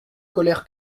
colère